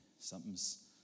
something's